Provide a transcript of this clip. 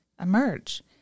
emerge